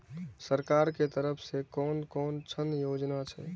सरकार के तरफ से कोन कोन ऋण योजना छै?